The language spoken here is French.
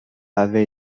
avait